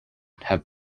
have